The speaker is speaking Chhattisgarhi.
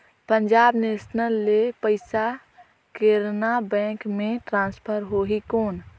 पंजाब नेशनल ले पइसा केनेरा बैंक मे ट्रांसफर होहि कौन?